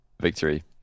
victory